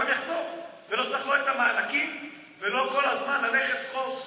הוא גם יחזור ולא צריך לא את המענקים ולא כל הזמן ללכת סחור-סחור.